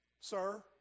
Sir